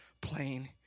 plain